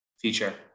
feature